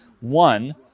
One